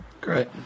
Great